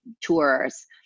tours